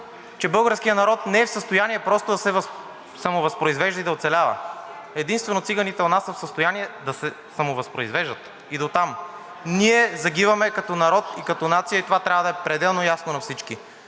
че българският народ не е в състояние просто да се самовъзпроизвежда и да оцелява. Единствено циганите у нас са в състояние да се самовъзпроизвеждат и дотам. Ние загиваме като народ и като нация и това трябва да е пределно ясно на всички.